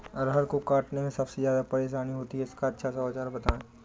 अरहर को काटने में सबसे ज्यादा परेशानी होती है इसका अच्छा सा औजार बताएं?